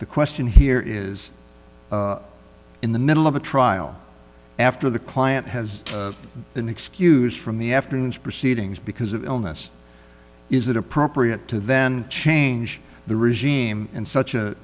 the question here is in the middle of a trial after the client has been excused from the afternoon's proceedings because of illness is that appropriate to then change the regime in such a